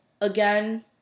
again